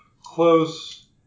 close